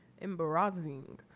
Embarrassing